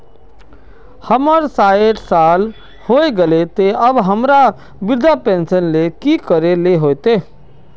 हमर सायट साल होय गले ते अब हमरा वृद्धा पेंशन ले की करे ले होते?